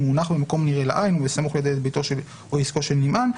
הונח במקום נראה לעין ובסמוך לביתו או עסקו של נמען,